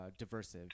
diversive